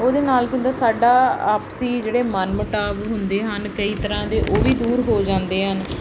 ਉਹਦੇ ਨਾਲ ਕੀ ਹੁੰਦਾ ਸਾਡਾ ਆਪਸੀ ਜਿਹੜੇ ਮਨ ਮਿਟਾਵ ਹੁੰਦੇ ਹਨ ਕਈ ਤਰ੍ਹਾਂ ਦੇ ਉਹ ਵੀ ਦੂਰ ਹੋ ਜਾਂਦੇ ਹਨ